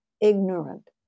ignorant